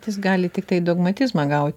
jis gali tiktai dogmatizmą gauti